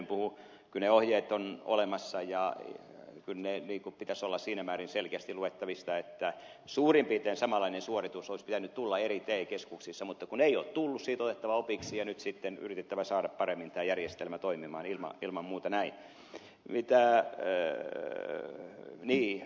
kyllä ne ohjeet ovat olemassa ja kyllä niiden pitäisi olla siinä määrin selkeästi luettavissa että suurin piirtein samanlainen suoritus olisi pitänyt tulla eri te keskuksissa mutta kun ei ole tullut siitä on otettava opiksi ja nyt sitten yritettävä saada paremmin tämä järjestelmä toimimaan ilman muuta näin